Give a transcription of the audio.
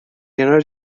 کنار